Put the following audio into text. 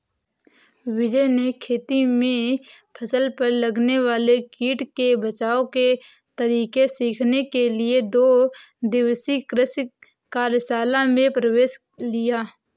विजय ने खेती में फसल पर लगने वाले कीट के पहचान के तरीके सीखने के लिए दो दिवसीय कृषि कार्यशाला में प्रवेश लिया